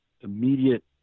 immediate